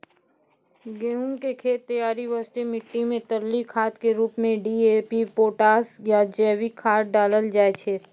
गहूम के खेत तैयारी वास्ते मिट्टी मे तरली खाद के रूप मे डी.ए.पी पोटास या जैविक खाद डालल जाय छै